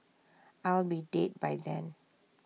I'll be dead by then